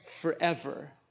forever